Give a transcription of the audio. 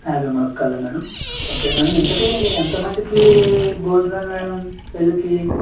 యాభై ములక్కాడలా madam okay madam ఇంతకీ ఎంత మందికి భోజనాలు మేడం పెళ్ళికి